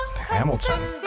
hamilton